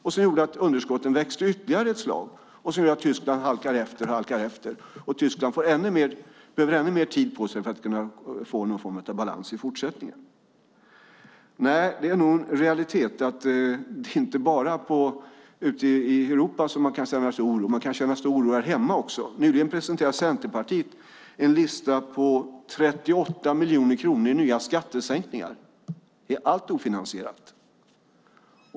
Det gjorde att underskotten växte ytterligare ett slag. Det betyder att Tyskland halkar efter ännu mer och behöver ännu längre tid på sig för att i fortsättningen kunna få någon form av balans. Det är nog en realitet att det inte bara är ute i Europa som man kan känna oro. Man kan känna stor oro här hemma också. Nyligen presenterade Centerpartiet en lista på nya skattesänkningar för 38 miljarder kronor, allt ofinansierat.